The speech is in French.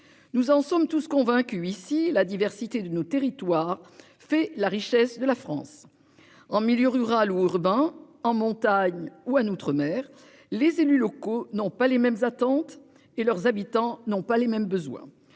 Nous en sommes tous convaincus ici la diversité de nos territoires fait la richesse de la France en milieu rural ou urbain en montagne ou à outre-mer les élus locaux n'ont pas les mêmes attentes et leurs habitants n'ont pas les mêmes besoins